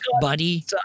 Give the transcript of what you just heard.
buddy